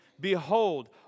Behold